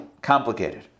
complicated